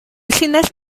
llinell